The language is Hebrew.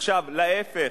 עכשיו להיפך,